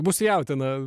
bus jautiena